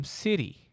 city